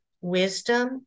wisdom